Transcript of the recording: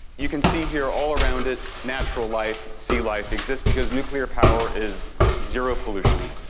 you can see here all around it, natural life, sea life exists, because nuclear power is zero-pollution.